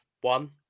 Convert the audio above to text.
one